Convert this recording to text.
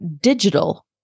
digital